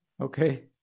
okay